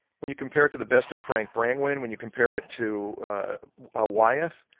when you compare it to the best of frank brangwyn, when you compare it to ah wyeth,